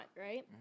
right